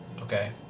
Okay